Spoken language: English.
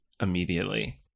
immediately